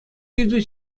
ыйту